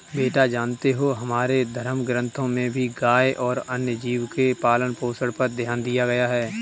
बेटा जानते हो हमारे धर्म ग्रंथों में भी गाय और अन्य जीव के पालन पोषण पर ध्यान दिया गया है